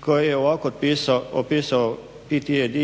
koji je ovako opisao ITED